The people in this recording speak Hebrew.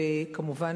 וכמובן,